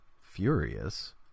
Furious